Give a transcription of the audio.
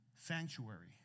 sanctuary